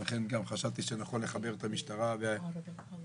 ולכן גם חשבתי שנכון לחבר את המשטרה עם כב"ה,